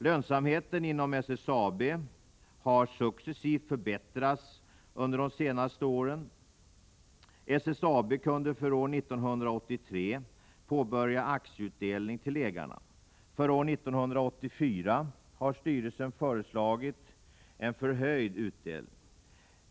Lönsamheten inom SSAB har successivt förbättrats under de senare åren. SSAB kunde för år 1983 påbörja aktieutdelning till ägarna. För år 1984 har styrelsen föreslagit förhöjd utdelning.